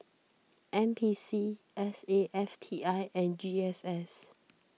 N P C S A F T I and G S S